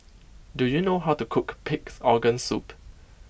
do you know how to cook Pig's Organ Soup